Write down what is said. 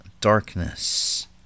Darkness